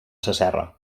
sasserra